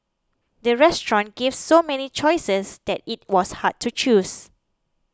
the restaurant gave so many choices that it was hard to choose